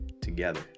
together